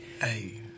Hey